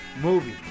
movie